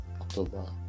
October